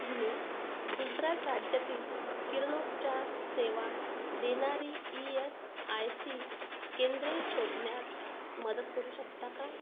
तुम्ही गुजरात राज्यातील किरणोपचार सेवा देणारी ई यस आय सी केंद्रे शोधण्यात मदत करू शकता का